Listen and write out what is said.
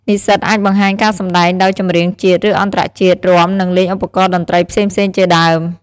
និស្សិតអាចបង្ហាញការសម្តែងដោយចម្រៀងជាតិ ឬ អន្តរជាតិ រាំ និងលេងឧបករណ៍តន្ត្រីផ្សេងៗជាដើម។